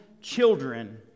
children